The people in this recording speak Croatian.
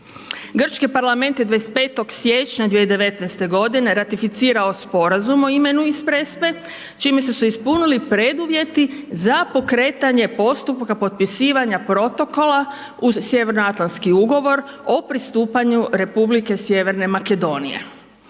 Grčki parlament je 25. siječnja 2019. godine ratificirao sporazum o imenu iz Prespe čime su se ispunili preduvjeti za pokretanje postupka potpisivanja protokola uz Sjevernoatlanski ugovor o pristupanju Republike Sjeverne Makedonije.